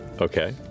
Okay